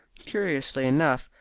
curiously enough,